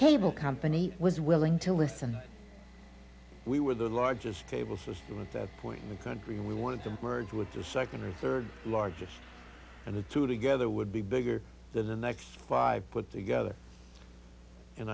cable company was willing to listen we were the largest cable system at that point in the country we wanted to merge with the nd or rd largest and the two together would be bigger than the next five put together and